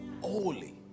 holy